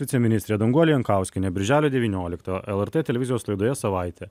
viceministrė danguolė jankauskienė birželio devynioliktą lrt televizijos laidoje savaitė